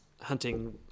hunting